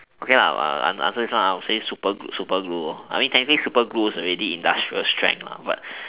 okay I I answer is super good super glue I mean technically super glue is already industrial strength but